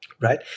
Right